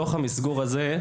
מתוך המסגור הזה,